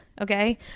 Okay